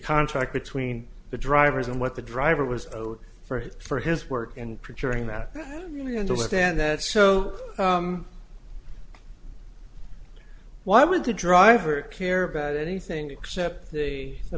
contract between the drivers and what the driver was for him for his work and projecting that really understand that so why would the driver care about anything except the the